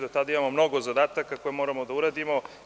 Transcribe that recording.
Do tada imamo mnogo zadataka koje moramo da uradimo.